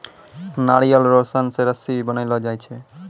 नारियल रो सन से रस्सी भी बनैलो जाय छै